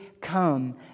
Come